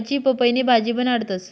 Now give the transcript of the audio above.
कच्ची पपईनी भाजी बनाडतंस